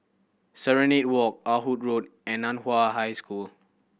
Serenade Walk Ah Hood Road and Nan Hua High School